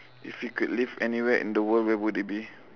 if you could live anywhere in the world where would it be